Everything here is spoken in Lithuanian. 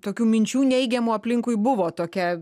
tokių minčių neigiamų aplinkui buvo tokia